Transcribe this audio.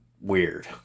weird